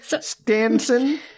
Stanson